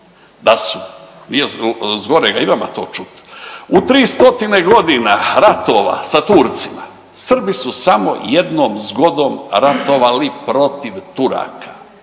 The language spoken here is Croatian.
da su, nije zgorega i vama to čut u 3 stotine godina ratova sa Turcima, Srbi su samo jednom zgodom ratovali protiv Turaka